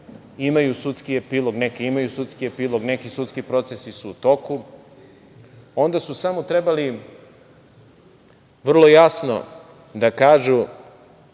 imaju sudski epilog, neke imaju sudski epilog, neki sudski procesi su toku, onda su samo trebali vrlo jasno da kažu